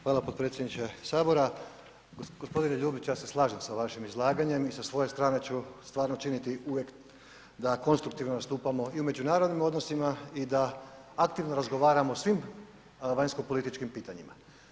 Hvala potpredsjedniče HS. g. Ljubić, ja se slažem sa vašim izlaganjem i sa svoje strane ću stvarno činiti uvijek da konstruktivno nastupamo i u međunarodnim odnosima i da aktivno razgovaramo o svim vanjsko političkim pitanjima.